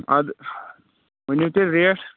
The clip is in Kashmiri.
ادٕ ؤنِو تیٚلہِ ریٹھ